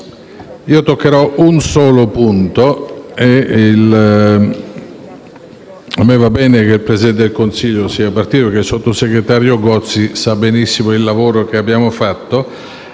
io toccherò un solo punto. A me va bene che il Presidente del Consiglio sia partito, perché il sottosegretario Gozi conosce benissimo il lavoro che abbiamo svolto